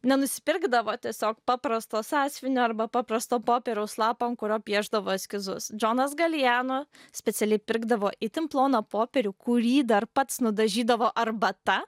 nenusipirkdavo tiesiog paprasto sąsiuvinio arba paprasto popieriaus lapo ant kurio piešdavo eskizus džonas galijano specialiai pirkdavo itin ploną popierių kurį dar pats nudažydavo arbata